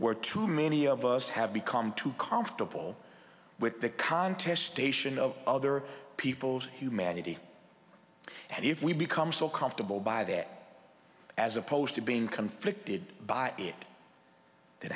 we're too many of us have become too confortable with the contest station of other people's humanity and if we become so comfortable by that as opposed to being conflicted by it